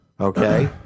Okay